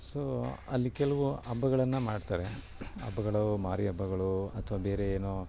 so ಅಲ್ಲಿ ಕೆಲವು ಹಬ್ಬಗಳನ್ನು ಮಾಡ್ತಾರೆ ಹಬ್ಬಗಳು ಮಾರಿ ಹಬ್ಬಗಳು ಅಥ್ವಾ ಬೇರೆ ಏನೋ